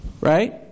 right